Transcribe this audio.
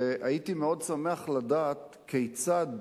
והייתי מאוד שמח לדעת כיצד